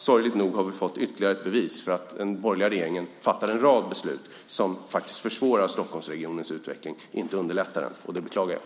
Sorgligt nog har vi fått ytterligare ett bevis för att den borgerliga regeringen fattar en rad beslut som faktiskt försvårar Stockholmsregionens utveckling, inte underlättar den. Det beklagar jag.